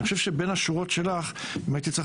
אני חושב שבין השורות שלך אם הייתי צריך